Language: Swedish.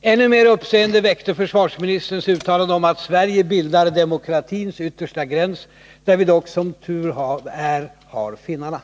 Ännu mer uppseende väckte försvarsministerns uttalande om att Sverige bildar demokratins yttersta gräns, där vi dock, som tur är, har finnarna.